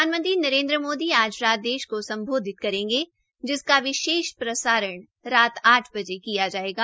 प्रधानमंत्री नरेन्द्र मोदी आज रात देश को सम्बोधित करेंगे जिसका प्रसारण रात आठ बजे किया जायेगा